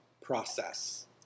process